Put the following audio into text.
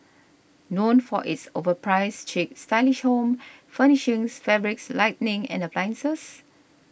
known for its overpriced chic stylish home furnishings fabrics lighting and appliances